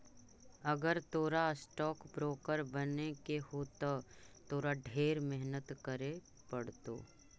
अगर तोरा stock broker बने के हो त तोरा ढेर मेहनत करे पड़तो